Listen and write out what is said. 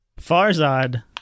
Farzad